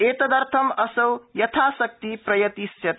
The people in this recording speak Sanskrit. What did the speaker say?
एतदर्थं असौ यथाशक्ति प्रयतिष्यते